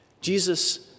Jesus